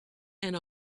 and